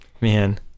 man